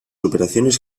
operaciones